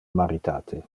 maritate